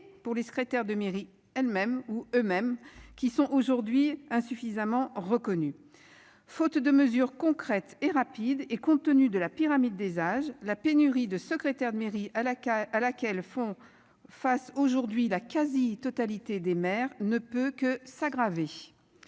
pour les secrétaires de mairie elles-mêmes ou eux-mêmes qui sont aujourd'hui insuffisamment reconnue. Faute de mesures concrètes et rapides et compte tenu de la pyramide des âges, la pénurie de secrétaire de mairie à la cas à laquelle font face aujourd'hui la quasi-totalité des mères ne peut que s'aggraver.